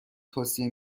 توصیه